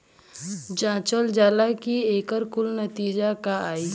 जांचल जाला कि एकर कुल नतीजा का आई